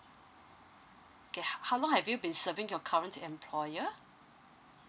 okay how long have you been serving your current employer